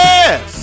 Yes